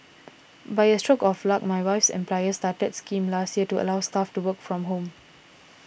by a stroke of luck my wife's employer started a scheme last year to allow staff to work from home